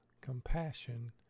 compassion